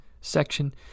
section